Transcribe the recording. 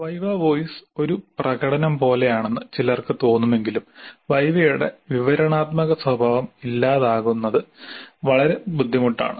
viva voce ഒരു പ്രകടനം പോലെയാണെന്ന് ചിലർക്ക് തോന്നുമെങ്കിലും വൈവയുടെ വിവരണാത്മക സ്വഭാവം ഇല്ലാതാക്കുന്നത് വളരെ ബുദ്ധിമുട്ടാണ്